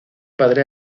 padre